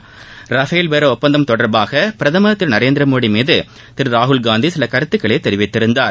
Rafale பேர ஒப்பந்தம் தொடர்பாக பிரதமர் திரு நரேந்திரமோடி மீது திரு ராகுல்காந்தி சில கருத்துக்களை தெரிவித்திருந்தார்